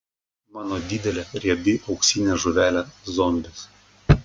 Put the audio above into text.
mano didelė riebi auksinė žuvelė zombis